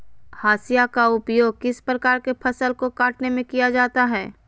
हाशिया का उपयोग किस प्रकार के फसल को कटने में किया जाता है?